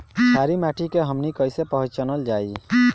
छारी माटी के हमनी के कैसे पहिचनल जाइ?